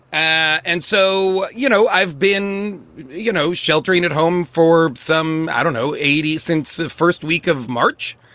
and so, you know, i've been, you know, sheltering at home for some, i don't know, eighty since the first week of march.